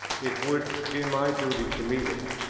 it would be my duty to meet it.